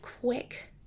quick